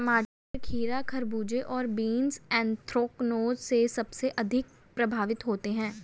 टमाटर, खीरा, खरबूजे और बीन्स एंथ्रेक्नोज से सबसे अधिक प्रभावित होते है